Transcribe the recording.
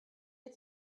les